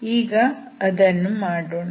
ಈಗ ಅದನ್ನು ಮಾಡೋಣ